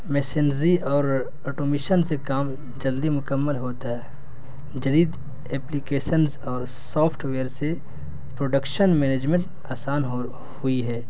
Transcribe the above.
machinery اور automation سے کام جلدی مکمل ہوتا ہے جدید ایلیکیسنز اور سافٹویئر سے پروڈکشن مینجمنٹ آسان ہو ہوئی ہے